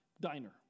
diner